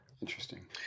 Interesting